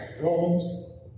Romans